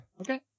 Okay